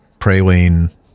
praline